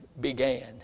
began